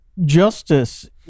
Justice